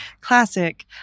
classic